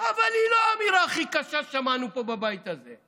אבל היא לא האמירה הכי קשה ששמענו פה בבית הזה.